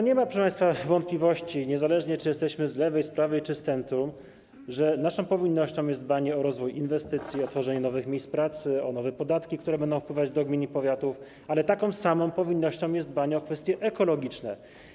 Nie ma, proszę państwa, wątpliwości, niezależnie, czy jesteśmy z lewej strony, z prawej, czy z centrum, że naszą powinnością jest dbanie o rozwój inwestycji, tworzenie nowych miejsc pracy, nowe podatki, które będą wpływać do gmin i powiatów, ale taką samą powinnością jest dbanie o kwestie ekologiczne.